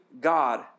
God